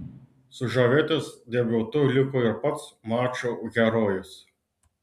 sužavėtas debiutu liko ir pats mačo herojus